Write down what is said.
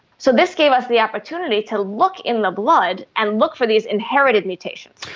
so this gave us the opportunity to look in the blood and look for these inherited mutations.